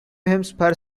hampshire